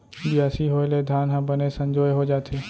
बियासी होय ले धान ह बने संजोए हो जाथे